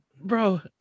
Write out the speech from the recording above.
bro